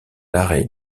arrêt